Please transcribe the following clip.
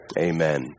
amen